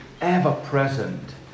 ever-present